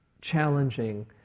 challenging